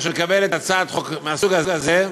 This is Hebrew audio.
כאשר היא מקבלת הצעת חוק מהסוג הזה,